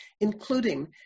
including